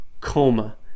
COMA